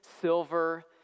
silver